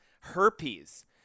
Herpes